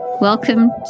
Welcome